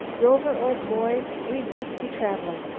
rover, old boy, we must be traveling.